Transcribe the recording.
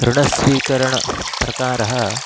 ऋणस्वीकरणप्रकाराः